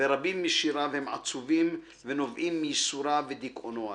ורבים משיריו הם עצובים ונובעים מייסוריו ודיכאונו הרב.